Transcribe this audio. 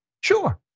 Sure